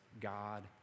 God